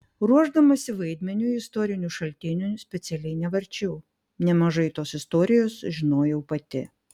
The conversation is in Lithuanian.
ruošdamasi vaidmeniui istorinių šaltinių specialiai nevarčiau nemažai tos istorijos žinojau pati